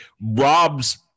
Rob's